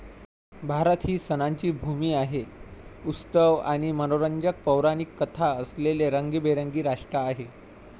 भारत ही सणांची भूमी आहे, उत्सव आणि मनोरंजक पौराणिक कथा असलेले रंगीबेरंगी राष्ट्र आहे